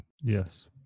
Yes